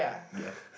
ya